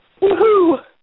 Woohoo